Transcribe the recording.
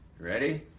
Ready